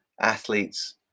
athletes